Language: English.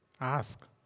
Ask